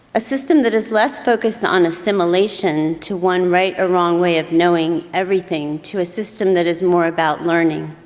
a system that is less focused on assimilation to one right or wrong way of knowing everything to a system that is more about learning,